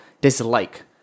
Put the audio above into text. dislike